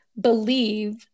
believe